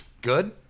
good